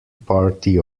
party